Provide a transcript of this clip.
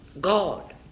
God